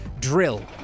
Drill